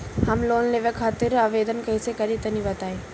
हम लोन लेवे खातिर कइसे आवेदन करी तनि बताईं?